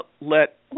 let